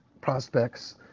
prospect's